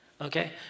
Okay